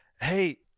Hey